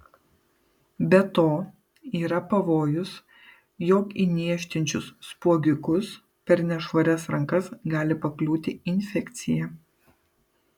be to yra pavojus jog į niežtinčius spuogiukus per nešvarias rankas gali pakliūti infekcija